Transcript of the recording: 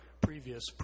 previous